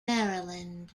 maryland